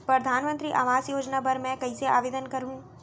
परधानमंतरी आवास योजना बर मैं कइसे आवेदन करहूँ?